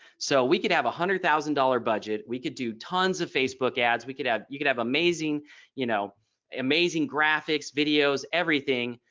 so we could have one hundred thousand dollar budget. we could do tons of facebook ads. we could have. you could have amazing you know amazing graphics videos everything.